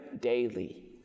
daily